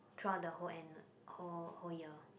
throughout the whole and whole whole year